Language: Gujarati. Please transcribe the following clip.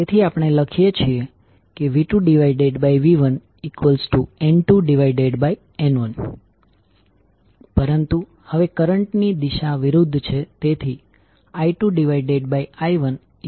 તેથી આપણે લખીએ છીએ V2V1N2N1 પરંતુ હવે કરંટ ની દિશા વિરુદ્ધ છે